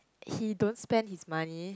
he don't spend his money